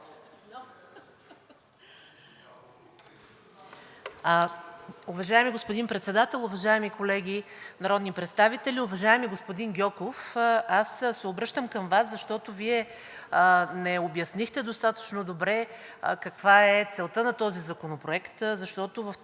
Уважаеми господин Председател, уважаеми колеги народни представители! Уважаеми господин Гьоков, аз се обръщам към Вас, защото Вие не обяснихте достатъчно добре каква е целта на този законопроект. Целта на този законопроект